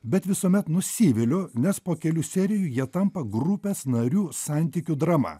bet visuomet nusiviliu nes po kelių serijų jie tampa grupės narių santykių drama